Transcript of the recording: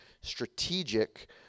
strategic